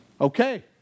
Okay